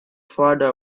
farther